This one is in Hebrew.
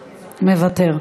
מוותר.